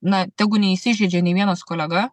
na tegu neįsižeidžia nei vienas kolega